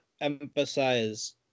emphasize